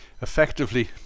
Effectively